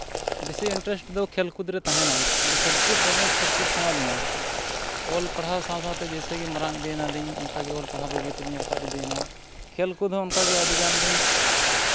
ᱵᱮᱥᱤ ᱤᱱᱴᱟᱨᱮᱥᱴ ᱫᱚ ᱠᱷᱮᱞ ᱠᱩᱫᱽᱨᱮ ᱛᱟᱦᱮᱸ ᱠᱟᱱᱟ ᱠᱷᱮᱞ ᱠᱩᱫ ᱫᱚᱢᱮ ᱠᱷᱮᱞ ᱠᱩᱫ ᱥᱟᱱᱟ ᱞᱤᱧᱟᱹ ᱚᱞ ᱯᱟᱲᱦᱟᱣ ᱥᱟᱶ ᱥᱟᱶᱛᱮ ᱡᱮᱭᱥᱮ ᱠᱤ ᱢᱟᱨᱟᱝ ᱤᱫᱤᱭᱮᱱᱟᱞᱤᱧ ᱚᱱᱠᱟᱜᱮ ᱚᱞ ᱯᱟᱲᱦᱟᱣ ᱵᱟᱹᱭ ᱵᱟᱹᱭ ᱛᱮᱞᱤᱧ ᱨᱟᱠᱟᱵ ᱤᱫᱤᱭᱮᱱᱟ ᱠᱷᱮᱞ ᱠᱚᱦᱚᱸ ᱚᱱᱠᱟᱜᱮ ᱟᱹᱰᱤᱜᱟᱱᱞᱤᱧ